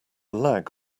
lag